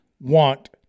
want